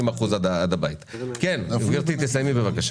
לא התמקדנו במשקאות דיאט.